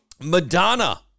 Madonna